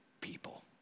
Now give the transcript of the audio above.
people